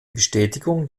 bestätigung